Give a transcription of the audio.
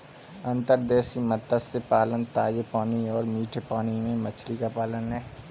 अंतर्देशीय मत्स्य पालन ताजे पानी और मीठे पानी में मछली का पालन है